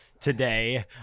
today